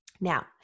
Now